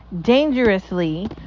dangerously